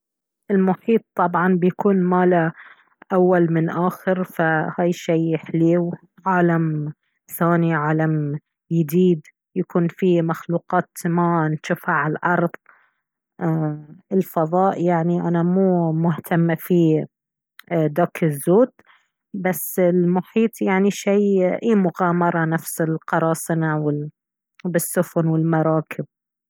المحيط طبعا بيكون ماله أول من آخر فهاي شي حليو عالم ثاني عالم يديد يكون فيه مخلوقات ما نشوفها على الأرض ايه الفضاء يعني أنا مو مهتمة في ايه داك الزود بس المحيط يعني شي اي مغامرة نفس القراصنة وبالسفن والمراكب